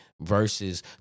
versus